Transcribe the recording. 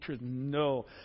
No